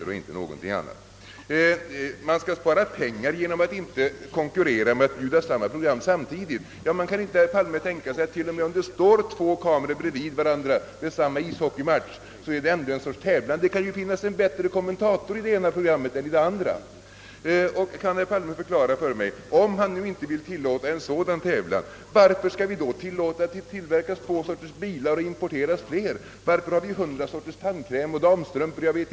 Herr Palme anser vidare att man skulle spara pengar genom att inte två konkurrerande företag skulle erbjuda samma program samtidigt. Men kan man inte t.ex. tänka sig att t.o.m. om det står två kameror bredvid varandra vid en ishockeymatch detta ändå är en sorts tävlan? Det kan ju finnas en bättre kommentator i det ena programmet än i det andra. Kan herr Palme förklara för mig: Om han inte vill tillåta en sådan tävlan, varför skall vi då tillåta att det tillverkas två sorters bilar och importeras fler? Varför har vi hundra slag av tandkräm, damstrumpor 0. s. v.?